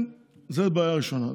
זו הבעיה הראשונה.